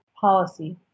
policy